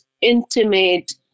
intimate